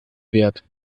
wert